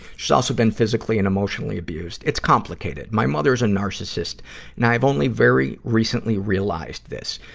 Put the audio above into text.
she's also been physical and emotionally abused. it's complicated. my mother's a narcissist, and i've only very recently realized this.